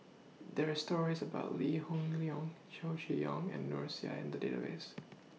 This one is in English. There Are stories about Lee Hoon Leong Chow Chee Yong and Noor S I in The Database